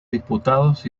disputados